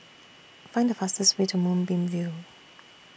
Find The fastest Way to Moonbeam View